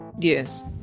Yes